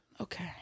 Okay